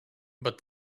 but